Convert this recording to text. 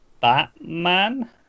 Batman